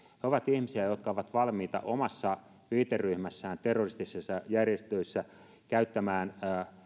he ovat ihmisiä jotka ovat valmiita omassa viiteryhmässään terroristisissa järjestöissä käyttämään